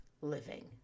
living